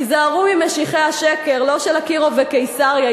היזהרו ממשיחי השקר לא של אקירוב וקיסריה,